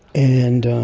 and,